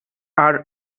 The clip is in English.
are